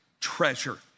Treasure